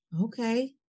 Okay